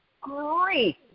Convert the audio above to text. great